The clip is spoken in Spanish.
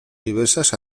diversas